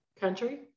country